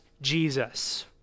Jesus